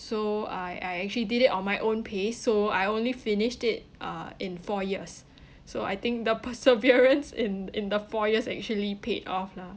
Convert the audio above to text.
so I I actually did it on my own pace so I only finished it uh in four years so I think the perseverance in in the four years actually paid off lah